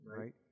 Right